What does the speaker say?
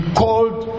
called